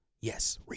yes